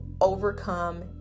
overcome